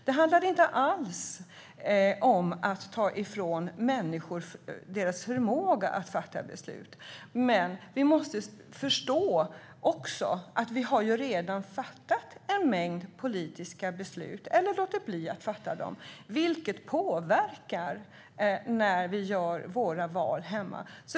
Det handlar inte alls om att ta ifrån människor deras förmåga att fatta beslut. Men vi måste också förstå att vi redan har fattat en mängd politiska beslut eller låtit bli att fatta dem, vilket påverkar de val som människor gör hemma.